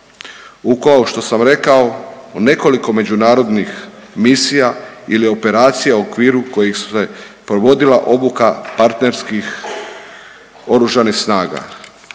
u kao što sam rekao u nekoliko međunarodnih misija ili operacija u okviru kojih se provodila obuka partnerskih oružanih snaga.